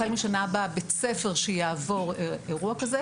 החל משנה הבאה בית ספר שיעבור אירוע כזה,